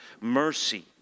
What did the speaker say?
mercy